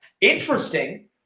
interesting